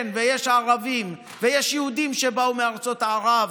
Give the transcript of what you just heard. כן, ויש ערבים, ויש יהודים שבאו מארצות ערב.